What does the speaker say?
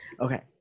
okay